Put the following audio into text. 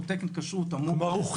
בסדר.